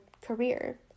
career